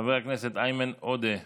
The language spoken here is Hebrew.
חבר הכנסת איימן עודה,